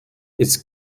its